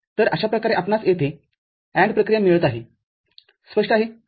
तर अशा प्रकारे आपणास येथे AND प्रक्रिया मिळत आहे स्पष्ट आहे